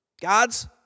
God's